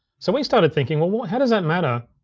so we started thinking, well well how does that matter